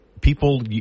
people